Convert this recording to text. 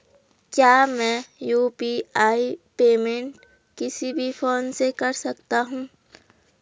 क्या मैं UPI payment किसी भी फोन से कर सकता हूँ?